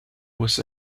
was